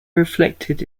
reflected